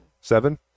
Seven